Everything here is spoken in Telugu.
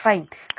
కాబట్టి j0